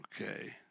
Okay